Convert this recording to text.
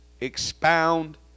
expound